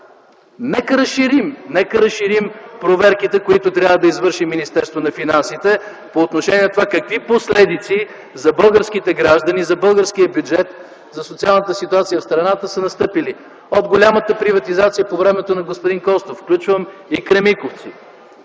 Нека разширим проверките, които трябва да извърши Министерството на финансите, по отношение на това какви последици за българските граждани, за българския бюджет, за социалната ситуация в страната са настъпили от голямата приватизация по времето на господин Костов. Включвам и „Кремиковци”